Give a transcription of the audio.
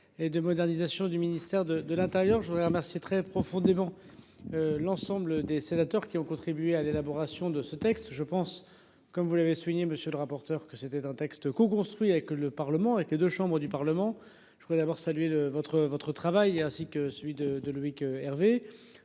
et de modernisation du ministère de l'Intérieur. Je voudrais remercier très profondément. L'ensemble des sénateurs qui ont contribué à l'élaboration de ce texte. Je pense comme vous l'avez souligné, monsieur le rapporteur, que c'était un texte co-construit avec le Parlement, avec les deux chambres du Parlement. Je voudrais d'abord saluer le votre, votre travail et ainsi que celui de de Loïc Hervé,